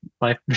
life